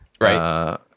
Right